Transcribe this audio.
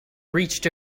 reached